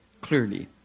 clearly